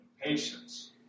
patience